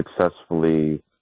successfully